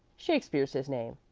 shakespeare's his name.